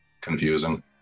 confusing